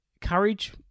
courage